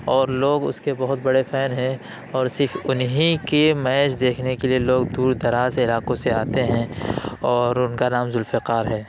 اور لوگ اس کے بہت بڑے فین ہیں اور صرف انہی کے میچ دیکھنے کے لیے لوگ دور دراز علاقوں سے آتے ہیں اور ان کا نام ذوالفقار ہے